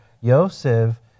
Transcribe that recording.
Yosef